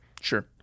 Sure